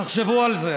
תחשבו על זה.